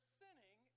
sinning